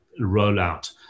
rollout